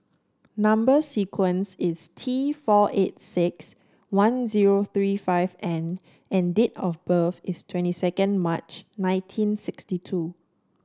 number sequence is T four eight six one zero three five N and date of birth is twenty second March nineteen sixty two